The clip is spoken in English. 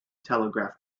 telegraph